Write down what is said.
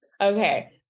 Okay